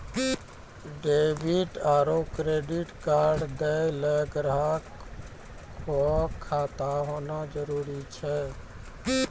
debit आरू credit card दैय ल ग्राहक क खाता होना जरूरी छै